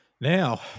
Now